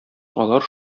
алар